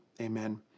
Amen